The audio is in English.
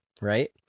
right